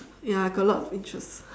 ya I got a lot of interests